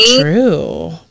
true